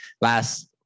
last